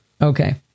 Okay